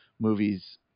movies